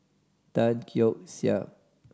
Tan Keong Saik